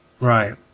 Right